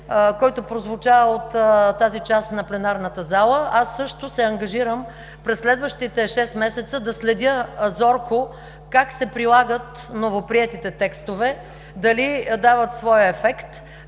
който прозвуча от тази част на пленарната зала (сочи дясната част). Аз също се ангажирам през следващите шест месеца да следя зорко как се прилагат новоприетите текстове – дали дават своя ефект.